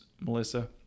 Melissa